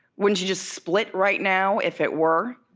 wouldn't you just split right now, if it were?